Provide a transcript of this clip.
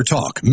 Talk